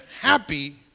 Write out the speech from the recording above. happy